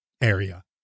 area